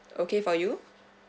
okay for you